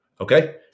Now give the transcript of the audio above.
Okay